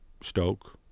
Stoke